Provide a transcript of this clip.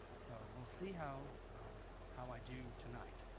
so we'll see how how i do tonight